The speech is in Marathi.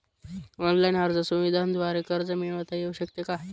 ऑनलाईन अर्ज सुविधांद्वारे कर्ज मिळविता येऊ शकते का?